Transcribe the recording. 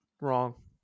wrong